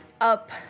up